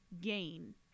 gain